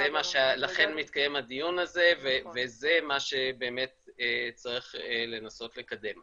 לכן מתקיים הדיון הזה וזה מה שבאמת צריך לנסות לקדם.